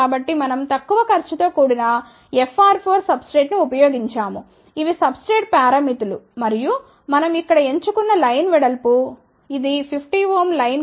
కాబట్టి మనం తక్కువ ఖర్చు తో కూడిన FR4 సబ్స్ట్రేట్ను ఉపయోగించాము ఇవి సబ్స్ట్రేట్ పారామితులు మరియు మనం ఇక్కడ ఎంచు కున్న లైన్ వెడల్పు ఇది 50 ఓం లైన్ కోసం ఇక్కడ 1